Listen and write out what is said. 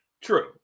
True